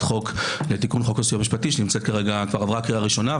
חוק לתיקון חוק הסיוע המשפטי שעברה כבר בקריאה ראשונה,